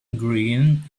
green